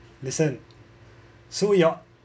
listen so your